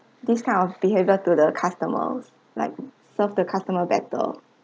this kind of behavior to the customers like serve the customer better